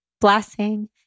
blessing